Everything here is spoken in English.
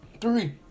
Three